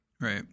Right